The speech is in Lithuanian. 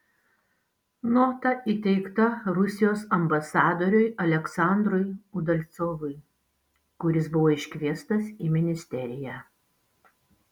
nota įteikta rusijos ambasadoriui aleksandrui udalcovui kuris buvo iškviestas į ministeriją